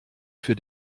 für